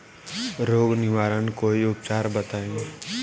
रोग निवारन कोई उपचार बताई?